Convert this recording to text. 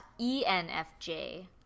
ENFJ